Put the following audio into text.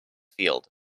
field